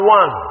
one